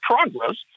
progress